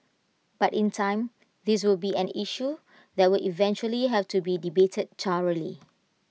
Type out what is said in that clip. but in time this will be an issue that will eventually have to be debated thoroughly